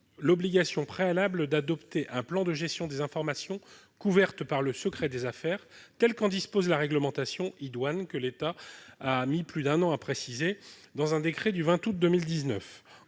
l'obligation préalable d'adopter un plan de gestion des informations couvertes par le secret des affaires, tel qu'en dispose la réglementation idoine, que l'État a mis plus d'un an à préciser dans un décret du 20 août 2019.